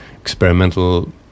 experimental